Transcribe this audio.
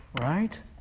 Right